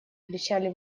кричали